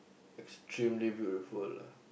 extremely beautiful lah